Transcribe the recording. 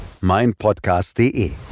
meinpodcast.de